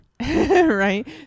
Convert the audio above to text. right